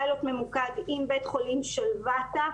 פיילוט ממוקד עם בית חולים שלוותה,